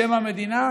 שם המדינה,